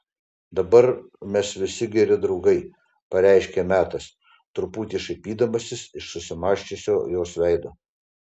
dabar mes visi geri draugai pareiškė metas truputį šaipydamasis iš susimąsčiusio jos veido